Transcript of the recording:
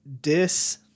Dis